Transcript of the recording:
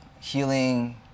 healing